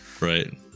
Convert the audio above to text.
Right